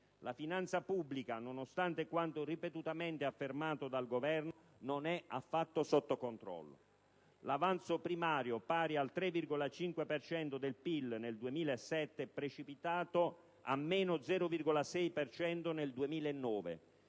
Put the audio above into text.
La finanza pubblica, nonostante quanto ripetutamente affermato dal Governo, non è affatto sotto controllo. L'avanzo primario, pari al 3,5 per cento del PIL nel 2007, è precipitato a -0,6 per cento